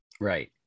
Right